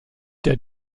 der